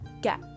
get